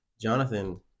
Jonathan